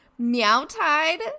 Meowtide